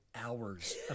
hours